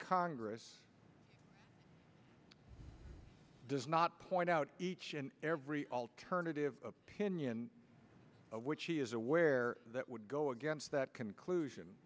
congress does not point out each and every alternative opinion which he is aware that would go against that conclusion